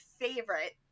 favorite